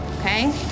Okay